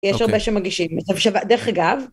כי יש הרבה שמגישים, דרך אגב...